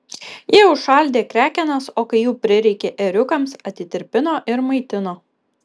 ji užšaldė krekenas o kai jų prireikė ėriukams atitirpino ir maitino